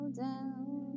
down